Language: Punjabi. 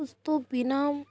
ਉਸ ਤੋਂ ਬਿਨਾਂ